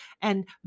and